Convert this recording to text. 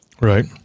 Right